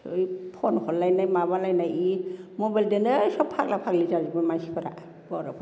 phone हरलायनाय माबालायनाय इ मबाइलजोनो सब फाग्ला फाग्लि जाजोबो मानसिफोरा बर'फोरा